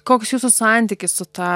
koks jūsų santykis su ta